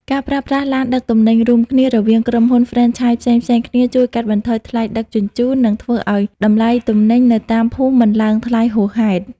ការប្រើប្រាស់ "ឡានដឹកទំនិញរួមគ្នា" រវាងក្រុមហ៊ុនហ្វ្រេនឆាយផ្សេងៗគ្នា ជួយកាត់បន្ថយថ្លៃដឹកជញ្ជូន និងធ្វើឱ្យតម្លៃទំនិញនៅតាមភូមិមិនឡើងថ្លៃហួសហេតុ។